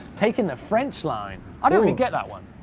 taking the french line. i don't really get that one.